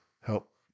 help